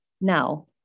Now